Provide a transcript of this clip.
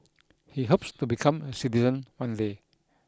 he hopes to become citizen one day